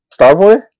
Starboy